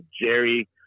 Jerry